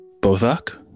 Bothak